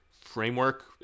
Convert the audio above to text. framework